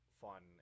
fun